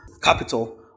capital